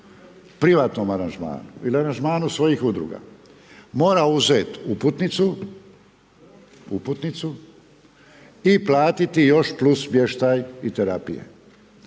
privatnom aranžmanu ili aranžmanu svojih udruga, mora uzet uputnicu i platiti još plus smještaj i terapije.